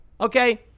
Okay